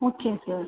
okay sir